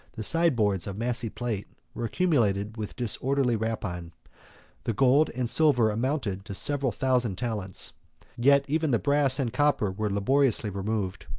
the sideboards of massy plate, were accumulated with disorderly rapine the gold and silver amounted to several thousand talents yet even the brass and copper were laboriously removed.